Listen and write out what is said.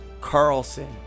Carlson